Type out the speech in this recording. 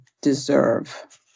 deserve